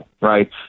right